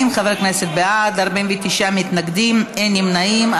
40 חברי כנסת בעד, 49 מתנגדים, אין נמנעים.